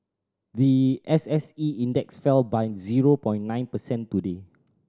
the S S E Index fell by zero point nine percent today